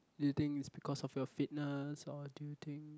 do you think it's because of your fitness or do you think